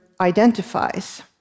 identifies